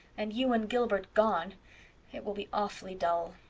and you and gilbert gone it will be awfully dull.